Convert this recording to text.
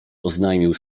oznajmił